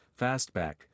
Fastback